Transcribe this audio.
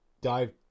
dive